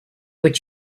what